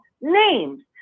Names